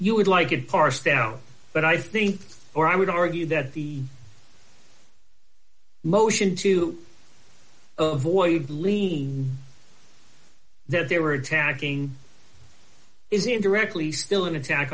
you would like it parsed down but i think or i would argue that the motion to avoid leave that they were attacking is indirectly still an attack